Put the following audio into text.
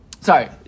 sorry